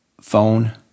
phone